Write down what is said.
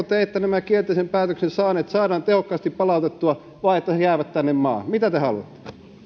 te että kielteisen päätöksen saaneet saadaan tehokkaasti palautettua vai että he jäävät tänne maahan mitä te haluatte